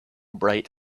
bright